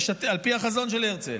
על פי החזון של הרצל.